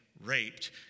raped